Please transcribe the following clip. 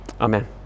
Amen